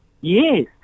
Yes